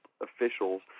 officials